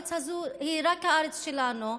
הארץ הזאת היא רק הארץ שלנו,